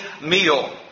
meal